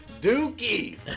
Dookie